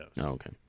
okay